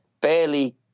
barely